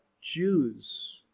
Jews